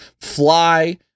fly